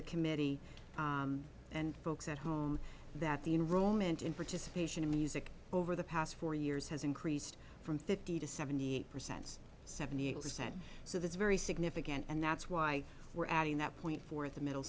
the committee and folks at home that the enrollment in participation in music over the past four years has increased from fifty to seventy eight percent seventy eight said so that's very significant and that's why we're adding that point for the middle